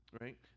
right